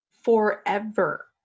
Forever